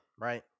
right